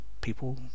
people